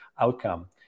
outcome